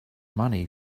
money